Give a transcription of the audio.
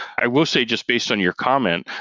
i will say just based on your comment,